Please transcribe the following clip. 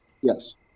Yes